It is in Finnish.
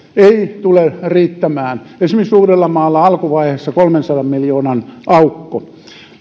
ei tule riittämään esimerkiksi uudellamaalla alkuvaiheessa on kolmensadan miljoonan aukko